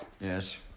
Yes